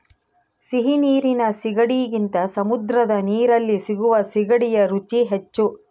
ಸಿಹಿ ನೀರಿನ ಸೀಗಡಿಗಿಂತ ಸಮುದ್ರದ ನೀರಲ್ಲಿ ಸಿಗುವ ಸೀಗಡಿಯ ರುಚಿ ಹೆಚ್ಚು